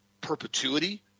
perpetuity